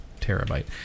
terabyte